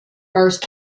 first